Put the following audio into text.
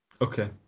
Okay